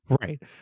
Right